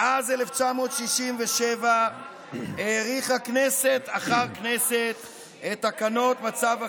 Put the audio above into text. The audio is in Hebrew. מאז 1967 האריכו כנסת אחר כנסת את תקנות מצב החירום,